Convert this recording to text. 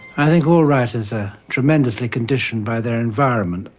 i think all writers are tremendously conditioned by their environment.